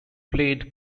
played